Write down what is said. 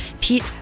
Pete